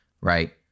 right